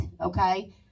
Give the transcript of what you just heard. okay